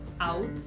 out